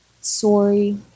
sorry